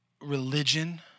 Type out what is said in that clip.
Religion